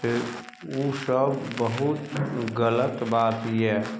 फिर उ सभ बहुत गलत बात यऽ